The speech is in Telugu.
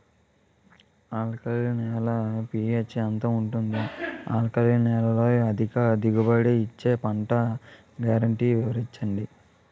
ఆల్కలి నేల యెక్క పీ.హెచ్ ఎంత ఉంటుంది? ఆల్కలి నేలలో అధిక దిగుబడి ఇచ్చే పంట గ్యారంటీ వివరించండి?